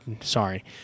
sorry